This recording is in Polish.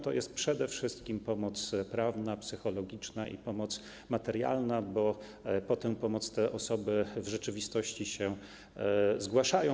To jest przede wszystkim pomoc prawna, psychologiczna i materialna, bo po tę pomoc te osoby w rzeczywistości się zgłaszają.